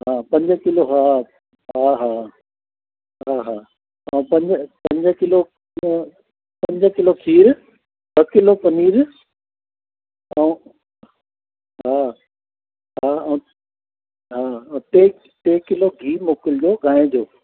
हा पंज किलो हा हा हा हा हा हा पंज पंज किलो किलो पंज किलो खीर ॿ किलो पनीर ऐं हा हा ऐं हा ऐं टे टे किलो गिह मोकिलिजो गांहि जो